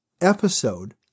episode